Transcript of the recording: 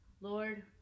lord